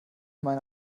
meine